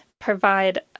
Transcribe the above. provide